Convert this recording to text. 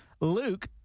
Luke